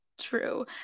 true